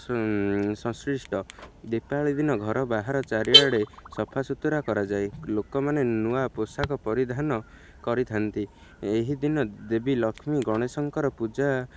ସଂ ସଂଶ୍ଲିଷ୍ଟ ଦୀପାବଳି ଦିନ ଘର ବାହାର ଚାରିଆଡ଼େ ସଫା ସୁୁତୁରା କରାଯାଏ ଲୋକମାନେ ନୂଆ ପୋଷାକ ପରିଧାନ କରିଥାନ୍ତି ଏହି ଦିନ ଦେବୀ ଲକ୍ଷ୍ମୀ ଗଣେଶଙ୍କର ପୂଜା